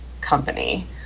company